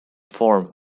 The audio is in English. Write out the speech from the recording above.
form